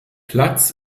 platz